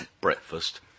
breakfast